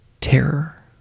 Terror